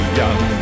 young